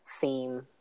theme